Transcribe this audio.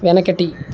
వెనకటి